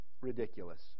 ridiculous